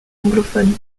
anglophones